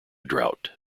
drought